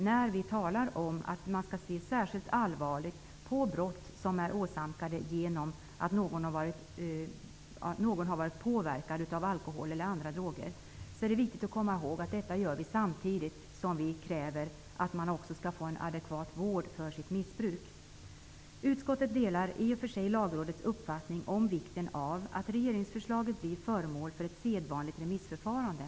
När vi talar om att vi skall se särskilt allvarligt på brott som är begångna av någon som har varit påverkad av alkohol eller andra droger, är det viktigt att vi samtidigt kräver att missbrukaren skall få adekvat vård för sitt missbruk. Utskottet delar i och för sig Lagrådets uppfattning om vikten av att regeringsförslaget blir föremål för ett sedvanligt remissförfarande.